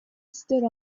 stood